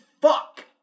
fuck